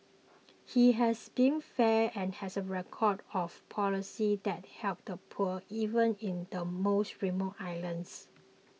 he has been fair and has a record of policies that help the poor even in the most remote islands